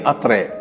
Atre